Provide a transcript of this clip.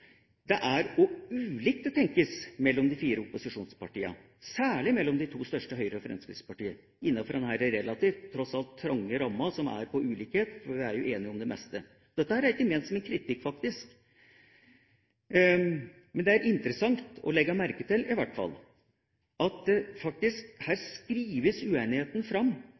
er hvor ulikt det tenkes mellom de fire opposisjonspartia, særlig mellom de to største, Høyre og Fremskrittspartiet, innenfor denne tross alt relativt trange ramma, for vi er jo enige om det meste. Dette er ikke ment som noen kritikk, faktisk. Men det er interessant i hvert fall å legge merke til at uenigheten skrives fram helt ned i detaljer for å vise dem fram i budsjettinnstillinga. Her